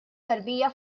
tarbija